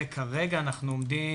וכרגע אנחנו עומדים